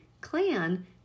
clan